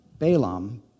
Balaam